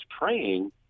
praying